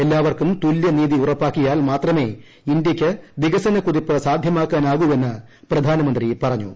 എല്ലാവർക്കും തുല്യനീതി ഉറപ്പാക്കിയാൽ മാത്രമേ ഇന്ത്യയ്ക്ക് വികസന കുതിപ്പ് സാധ്യമാക്കാനാകൂവെന്ന് പ്രധാനമന്ത്രി പറഞ്ഞു